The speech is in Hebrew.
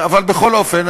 אבל בכל אופן,